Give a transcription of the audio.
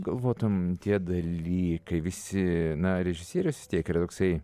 galvotum tie dalykai visi na režisierius vis tiek yra toksai